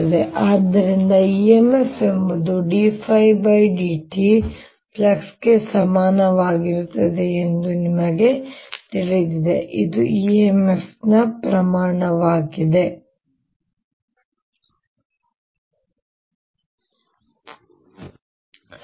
ಆದ್ದರಿಂದ e m f ಎಂಬುದು d ɸd t ಫ್ಲಕ್ಸ್ಗೆ ಸಮಾನವಾಗಿರುತ್ತದೆ ಎಂದು ನಿಮಗೆ ತಿಳಿದಿದೆ ಇದು emf ನ ಪ್ರಮಾಣವು ಸರಿ